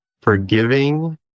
forgiving